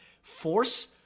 force